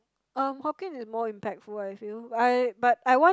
um Hokkien is more impactful I feel I but I want